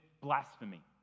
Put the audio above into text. blasphemy